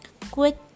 quick